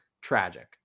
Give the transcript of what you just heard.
tragic